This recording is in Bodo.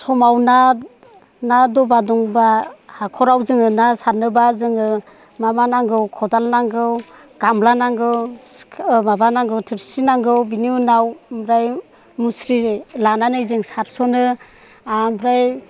समाव ना ना दबा दंब्ला हाखर जोङो ना सारनोब्ला जों मा मा नांगौ खदाल नांगौ गामला नांगौ माबा नांगौ थोरसि नांगौ बिनि उनाव आमफ्राय मुस्रि लानानै जों सारस'नो आमफ्राय